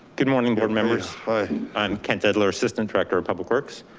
good morning board members. hi. i'm kent adler, assistant director of public works.